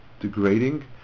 degrading